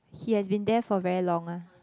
he has been there for very long ah